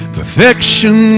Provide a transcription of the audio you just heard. Perfection